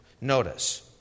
Notice